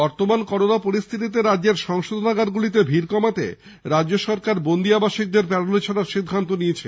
বর্তমান করোনা পরিস্থিতিতে রাজ্যের সংশোধনাগারগুলিতে ভিড় কমাতে রাজ্য সরকার বন্দি আবাসিকদের প্যারোলে ছাড়ার সিদ্ধান্ত নিয়েছে